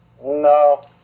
No